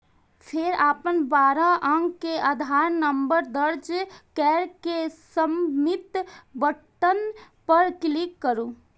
फेर अपन बारह अंक के आधार नंबर दर्ज कैर के सबमिट बटन पर क्लिक करू